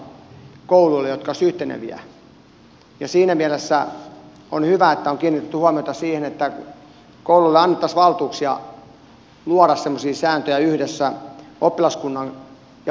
siinä mielessä on hyvä että on kiinnitetty huomiota siihen että kouluille annettaisiin valtuuksia luoda semmoisia sääntöjä yhdessä oppilaskunnan ja vanhempien kanssa